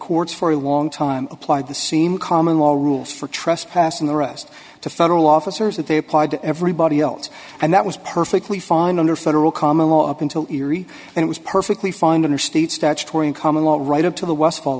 courts for a long time applied the same common law rules for trespassing the rest to federal officers and they applied to everybody else and that was perfectly fine under federal common law up until erie and it was perfectly fine under state statutory in common law right up to the w